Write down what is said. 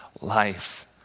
life